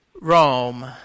Rome